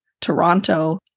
Toronto